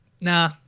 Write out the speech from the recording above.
nah